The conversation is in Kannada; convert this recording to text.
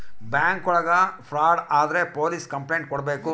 ಬ್ಯಾಂಕ್ ಒಳಗ ಫ್ರಾಡ್ ಆದ್ರೆ ಪೊಲೀಸ್ ಕಂಪ್ಲೈಂಟ್ ಕೊಡ್ಬೇಕು